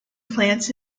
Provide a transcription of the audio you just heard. plants